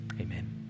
Amen